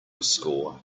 score